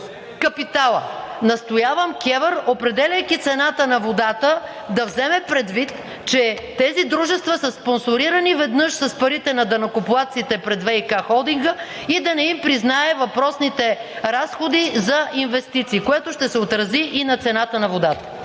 е изтекло.) Настоявам КЕВР, определяйки цената на водата, да вземе предвид, че тези дружества са спонсорирани веднъж с парите на данъкоплатците пред ВиК холдинга и да не им признае въпросните разходи за инвестиции, което ще се отрази и на цената на водата.